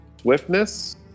swiftness